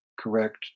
correct